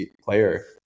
player